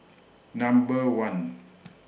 Number one